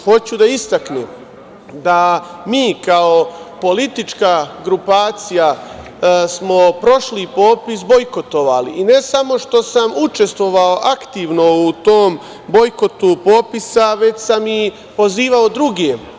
Hoću da istaknem da mi kao politička grupacija smo prošli popis bojkotovali i ne samo što sam učestvovao aktivno u tom bojkotu popisa, već sam i pozivao druge.